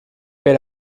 per